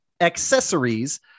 accessories